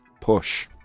push